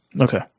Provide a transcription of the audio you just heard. Okay